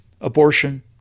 abortion